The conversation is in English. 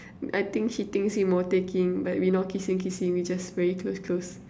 I think she thinks we but we not kissing kissing we just very close close